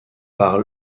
par